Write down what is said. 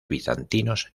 bizantinos